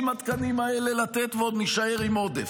התקנים האלה לתת ועוד נישאר עם עודף.